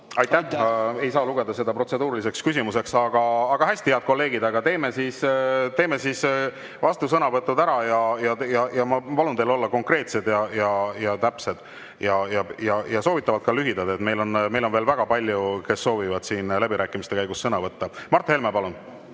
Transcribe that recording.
Aitäh! Ei saa lugeda seda protseduuriliseks küsimuseks. Aga hästi, head kolleegid, teeme siis vastusõnavõtud ära. Ma palun teil olla konkreetsed ja täpsed ning soovitan teha lühidalt. Meil on veel väga palju neid, kes soovivad siin läbirääkimiste käigus sõna võtta. Mart Helme, palun!